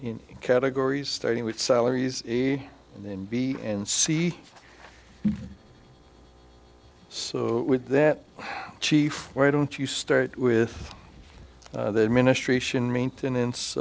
in categories starting with salaries and then b and c so with that chief why don't you start with the administration maintenance